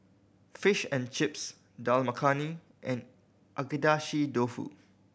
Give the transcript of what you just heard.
Fish and Chips Dal Makhani and Agedashi Dofu